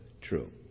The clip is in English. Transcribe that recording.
true